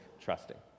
trusting